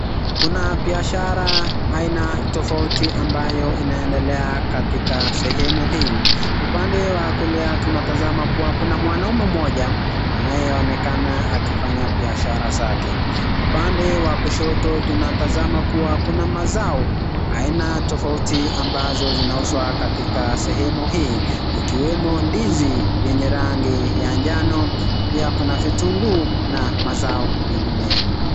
Kuna biashara aina tofauti ambayo inaendelea katika sehemu hii. Upande wa kulia tunatazama kuwa kuna mwanaume mmoja anayeonekana akifanya biashara zake. Upande wa kushoto tunatazama kuwa kuna mazao aina tofauti ambazo zinauzwa katika sehemu hii, ikiwemo ndizi yenye rangi ya njano, pia kuna vitunguu na mazao mengineyo.